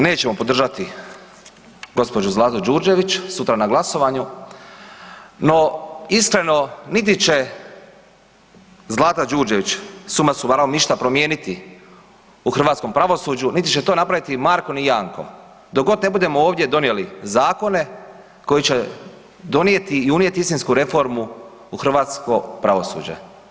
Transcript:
Stoga, nećemo podržati gospođu Zlatu Đurđević sutra na glasovanju no iskreno niti će Zlata Đurđević suma sumarum ništa promijeniti u hrvatskom pravosuđu niti će to napraviti Marko ni Janko dok god ne budemo ovdje donijeli zakone koji će donijeti i unijeti istinsku reformu u hrvatsko pravosuđe.